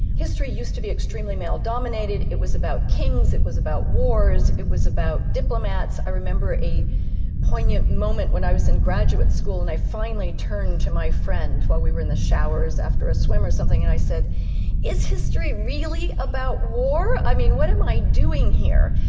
history used to be extremely male dominated, it was about kings, it was about wars, it was about diplomats. i remember a poignant moment when i was in graduate school and i finally turned to my friend while we were in the showers after a swim or something and i said is history really about war, i mean what am i doing here?